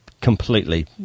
completely